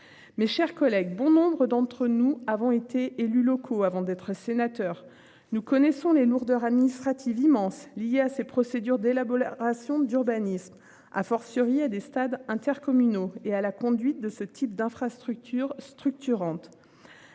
Mes chers collègues. Bon nombre d'entre nous avons été élus locaux avant d'être sénateur. Nous connaissons les lourdeurs administratives immense liés à ces procédures d'. Élaboration d'urbanisme a fortiori à des stades intercommunaux et à la conduite de ce type d'infrastructures structurantes.